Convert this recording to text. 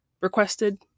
requested